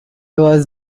was